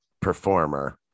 performer